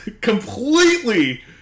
completely